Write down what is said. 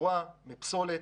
מתחבורה ומפסולת,